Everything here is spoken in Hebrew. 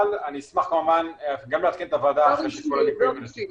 אבל אני אשמח כמובן גם לעדכן את הוועדה אחרי שכל הליקויים יטופלו.